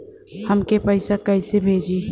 हमके पैसा कइसे भेजी?